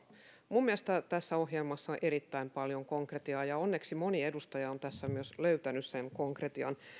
minun mielestäni tässä ohjelmassa on erittäin paljon konkretiaa ja onneksi moni edustaja on tässä myös löytänyt sen konkretian